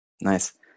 Nice